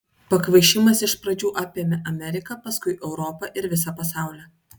pakvaišimas iš pradžių apėmė ameriką paskui europą ir visą pasaulį